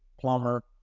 plumber